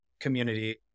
community